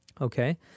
okay